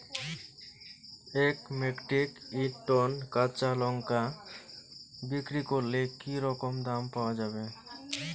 এক metric ton কাঁচা লঙ্কা বিক্রি করলে কি রকম দাম পাওয়া যাবে?